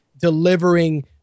delivering